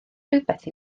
rhywbeth